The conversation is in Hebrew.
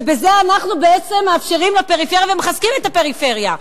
בזה אנחנו בעצם מאפשרים לפריפריה ומחזקים את הפריפריה,